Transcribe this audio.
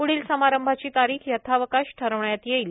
प्ढील समारंभाची तारीख यथावकाश ठरविण्यात येईल